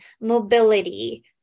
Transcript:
mobility